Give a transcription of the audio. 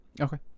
Okay